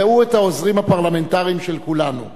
ראו את העוזרים הפרלמנטריים של כולנו,